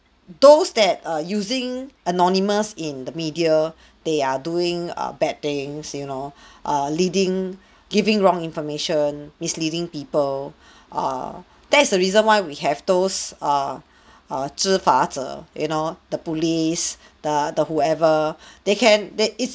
those that are using anonymous in the media they are doing uh bad things you know err leading giving wrong information misleading people err that's the reason why we have those uh uh 执法者 you know the police the the whoever they can they it's